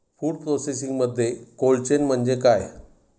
Food प्रोसेसिंगमध्ये cold chain म्हणजे काय?